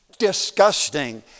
disgusting